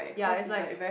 ya is like